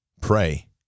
Pray